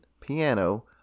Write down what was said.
piano